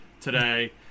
today